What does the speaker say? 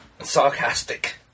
sarcastic